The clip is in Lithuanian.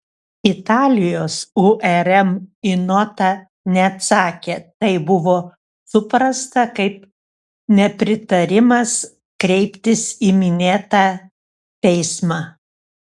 italijos urm į notą neatsakė tai buvo suprasta kaip nepritarimas kreiptis į minėtą teismą